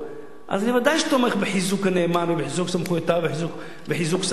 אז ודאי שאני תומך בחיזוק הנאמן וחיזוק סמכויותיו ובחיזוק שר האוצר,